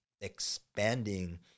expanding